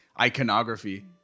iconography